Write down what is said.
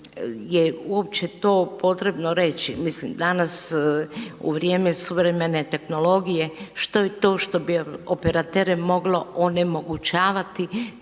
uopće to potrebno reći? Mislim danas u vrijeme suvremene tehnologije što je to što bi operatere moglo onemogućavati